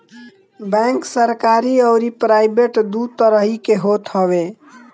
bank सरकरी अउरी private दू तरही के होत हवे